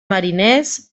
mariners